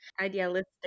Idealistic